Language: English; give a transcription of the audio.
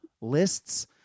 lists